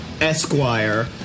Esquire